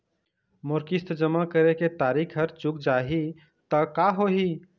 मोर किस्त जमा करे के तारीक हर चूक जाही ता का होही?